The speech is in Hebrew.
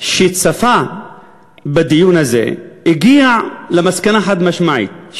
שצפה בדיון הזה הגיע למסקנה חד-משמעית,